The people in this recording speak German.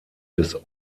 des